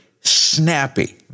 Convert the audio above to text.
snappy